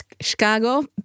Chicago